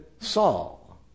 Saul